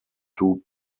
two